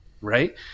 right